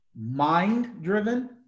mind-driven